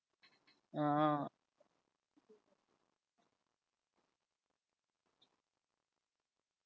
oo